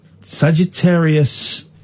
Sagittarius